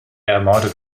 ermordet